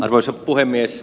arvoisa puhemies